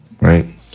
right